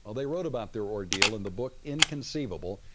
they wrote about their ordeal in the book inconceivable.